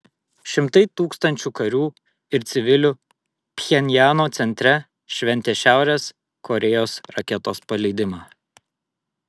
šimtai tūkstančių karių ir civilių pchenjano centre šventė šiaurės korėjos raketos paleidimą